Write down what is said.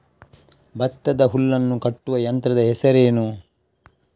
ಭತ್ತದ ಹುಲ್ಲನ್ನು ಕಟ್ಟುವ ಯಂತ್ರದ ಹೆಸರೇನು?